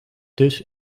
dus